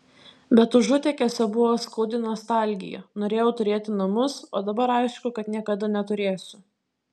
bet užutekiuose buvo skaudi nostalgija norėjau turėti namus o dabar aišku kad niekada neturėsiu